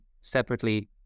separately